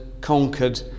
conquered